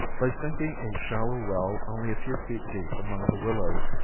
by sinking a shallow well only a few feet deep among the willows,